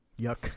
Yuck